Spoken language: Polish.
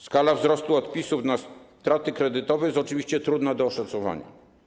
Skala wzrostu odpisów na straty kredytowe jest oczywiście trudna do oszacowania.